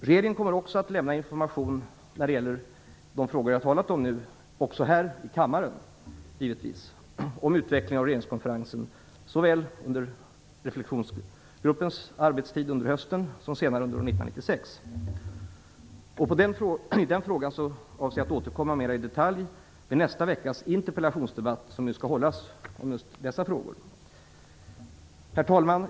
Regeringen kommer att lämna information när det gäller de frågor jag har talat om nu också här i kammaren, givetvis. Det gäller utvecklingen av regeringskonferensen såväl under reflexionsgruppens arbetstid under hösten som senare under 1996. I den frågan avser jag att återkomma mera i detalj vid nästa veckas interpellationsdebatt, som skall hållas om just dessa frågor. Herr talman!